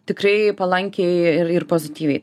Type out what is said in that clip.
tikrai palankiai ir ir pozityviai